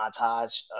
montage